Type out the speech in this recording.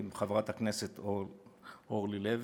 עם חברת הכנסת אורלי לוי.